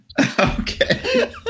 Okay